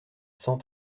cent